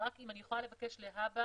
אם אוכל לבקש להבא